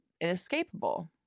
inescapable